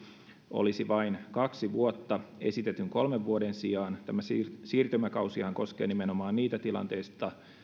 olisi vain kaksi vuotta esitetyn kolmen vuoden sijaan tämä siirtymäkausihan koskee nimenomaan niitä tilanteita